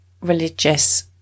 religious